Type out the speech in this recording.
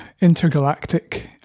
intergalactic